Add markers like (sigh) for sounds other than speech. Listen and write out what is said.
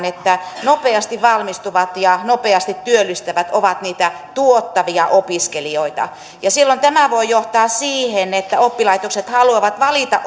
(unintelligible) että nopeasti valmistuvat ja nopeasti työllistyvät ovat niitä tuottavia opiskelijoita silloin tämä voi johtaa siihen että oppilaitokset haluavat valita (unintelligible)